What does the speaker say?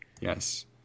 Yes